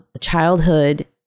Childhood